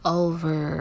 over